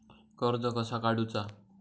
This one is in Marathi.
कर्ज कसा काडूचा?